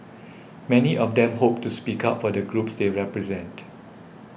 many of them hope to speak up for the groups they represent